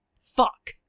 Fuck